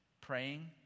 praying